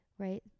Right